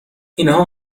اینها